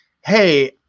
hey